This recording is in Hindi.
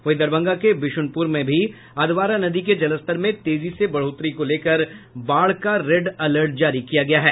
वहीं दरभंगा के विशुनपुर में भी अधवारा नदी के जलस्तर में तेजी से बढ़ोतरी को लेकर बाढ़ का रेड अलर्ट जारी किया गया है